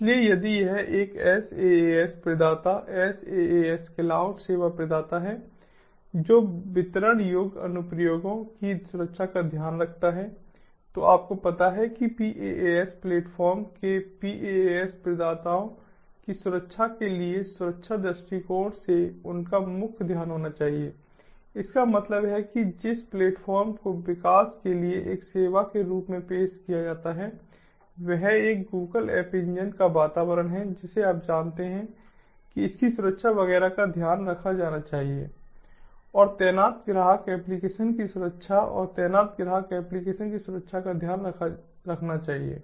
इसलिए यदि यह एक SaaS प्रदाता SaaS क्लाउड सेवा प्रदाता है जो वितरण योग्य अनुप्रयोगों की सुरक्षा का ध्यान रखता है तो आपको पता है कि PaaS प्लेटफ़ॉर्म के PaaS प्रदाताओं की सुरक्षा के लिए सुरक्षा दृष्टिकोण से उनका मुख्य ध्यान होना चाहिए इसका मतलब है कि जिस प्लेटफ़ॉर्म को विकास के लिए एक सेवा के रूप में पेश किया जाता है वह एक गूगल ऐप इंजन का वातावरण है जिसे आप जानते हैं कि इसकी सुरक्षा वगैरह का ध्यान रखा जाना चाहिए और तैनात ग्राहक एप्लीकेशन की सुरक्षा और तैनात ग्राहक एप्लीकेशन की सुरक्षा का ध्यान रखना चाहिए